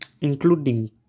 including